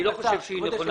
אני לא חושב שהיא נכונה.